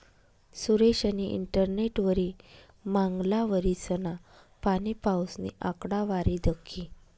सुरेशनी इंटरनेटवरी मांगला वरीसना पाणीपाऊसनी आकडावारी दखी